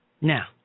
Now